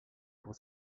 pour